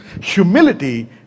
Humility